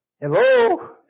Hello